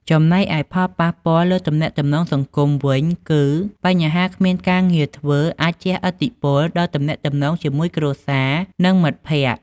ចំណែកឯផលប៉ះពាល់លើទំនាក់ទំនងសង្គមវិញគឺ បញ្ហាគ្មានការងារធ្វើអាចជះឥទ្ធិពលដល់ទំនាក់ទំនងជាមួយគ្រួសារ និងមិត្តភក្តិ។